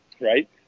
right